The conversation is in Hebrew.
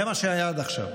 זה מה שהיה עד עכשיו.